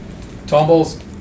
Tomball's